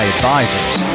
Advisors